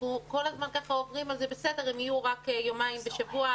אנחנו כל הזמן עוברים על זה ואומרים שהם יהיו רק יומיים בשבוע.